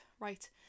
right